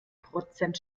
prozent